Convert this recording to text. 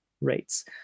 rates